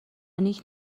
نیک